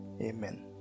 Amen